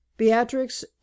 Beatrix